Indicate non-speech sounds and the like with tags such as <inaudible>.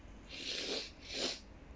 <breath>